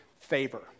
favor